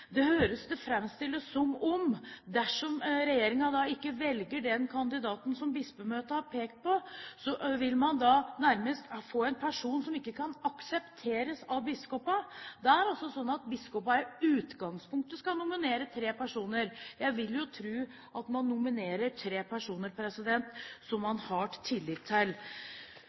Det framstilles som at dersom regjeringen ikke velger den kandidaten som Bispemøtet har pekt på, så vil man nærmest få en person som ikke kan aksepteres av biskopene. Det er altså slik at biskopene i utgangspunktet skal nominere tre personer. Jeg vil jo tro at man nominerer tre personer som man har tillit til.